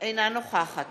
אינה נוכחת